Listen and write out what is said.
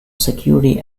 security